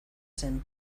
zen